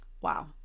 Wow